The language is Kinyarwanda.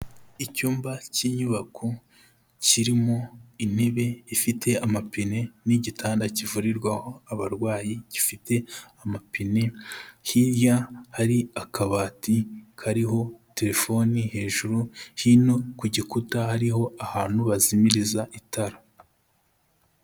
Icyumba cy'inyubako, kirimo intebe ifite amapine n'igitanda kivurirwaho abarwayi gifite amapine, hirya hari akabati kariho terefoni hejuru, hino ku gikuta hariho ahantu bazimiriza itara.